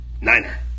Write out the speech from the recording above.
NINER